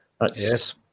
Yes